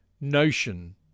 notion